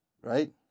right